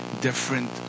different